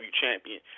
champion